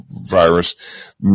virus